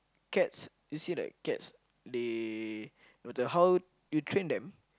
cats you see like cats they no matter how you train them